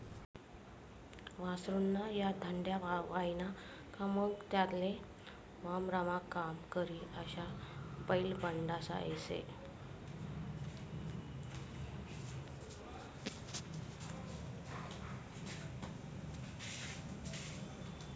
वासरु ना धांड्या व्हयना का मंग त्याले वावरमा काम करी अशा बैल बनाडता येस